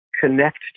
connect